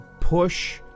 push